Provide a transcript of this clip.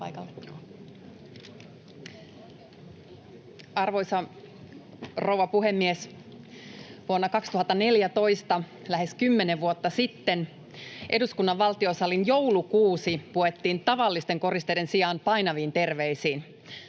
Arvoisa rouva puhemies! Vuonna 2014, lähes kymmenen vuotta sitten, eduskunnan Valtiosalin joulukuusi puettiin tavallisten koristeiden sijaan painaviin terveisiin.